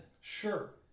Sure